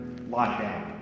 lockdown